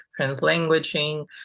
translanguaging